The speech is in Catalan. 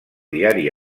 diari